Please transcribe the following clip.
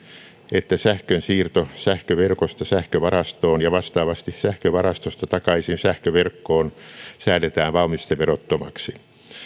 että sähkön siirto sähköverkosta sähkövarastoon ja vastaavasti sähkövarastosta takaisin sähköverkkoon säädetään valmisteverottomaksi